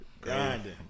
Grinding